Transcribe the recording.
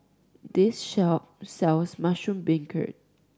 this shop sells mushroom beancurd